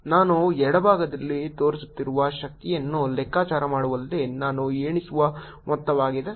ಇದು ನಾನು ಎಡಭಾಗದಲ್ಲಿ ತೋರಿಸುತ್ತಿರುವ ಶಕ್ತಿಯನ್ನು ಲೆಕ್ಕಾಚಾರ ಮಾಡುವಲ್ಲಿ ನಾನು ಎಣಿಸುವ ಮೊತ್ತವಾಗಿದೆ